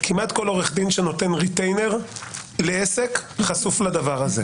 כמעט כל עורך דין שנותן ריטיינר לעסק חשוף לדבר הזה.